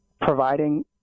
providing